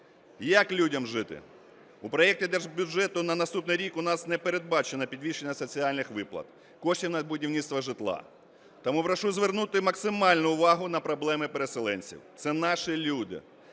як людям жити? У проекті держбюджету на наступний рік у нас непередбачено підвищення соціальних виплат, коштів на будівництво житла. Тому прошу звернути максимальну увагу на проблеми переселенців. Це наші люди,